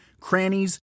crannies